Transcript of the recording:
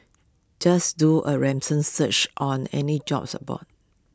just do A ransom search on any jobs aboard